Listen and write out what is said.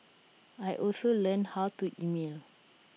I also learned how to email